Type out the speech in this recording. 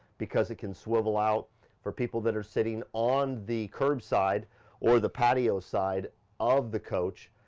because it can swivel out for people that are sitting on the curbside or the patio side of the coach.